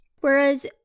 whereas